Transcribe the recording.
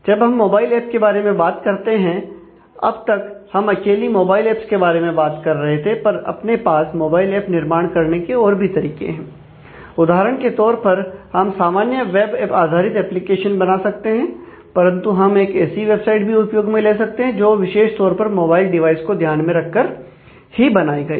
जब हम mobile app के बारे में बात करते हैं अब तक हम अकेली मोबाइल एप्स के बारे में बात कर रहे थे पर अपने पास मोबाइल ऐप निर्माण करने के और भी तरीके हैं उदाहरण के तौर पर हम सामान्य वेब आधारित एप्लीकेशन बना सकते हैं परंतु हम एक ऐसी वेबसाइट भी उपयोग में ले सकते हैं जो विशेष तौर पर मोबाइल डिवाइस को ध्यान में रखकर ही बनाई गई हो